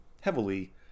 heavily